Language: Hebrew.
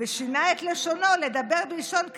"ושינה את לשונו לדבר בלשון כנען,